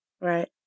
Right